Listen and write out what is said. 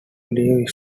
leave